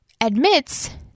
admits